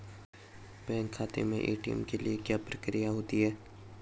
Bank खाते में ATM के लिए क्या प्रक्रिया होती है?